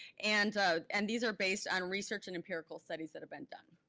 and and these are based on research and empirical studies that have been done.